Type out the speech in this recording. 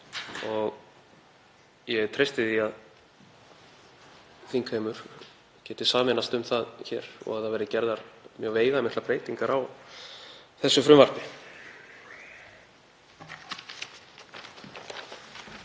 Ég treysti því að þingheimur geti sameinast um það hér og að gerðar verði mjög veigamiklar breytingar á þessu frumvarpi.